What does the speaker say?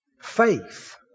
Faith